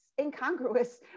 incongruous